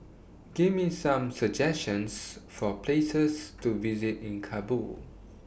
Give Me Some suggestions For Places to visit in Kabul